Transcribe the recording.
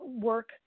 work